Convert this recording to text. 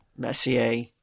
messier